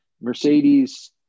Mercedes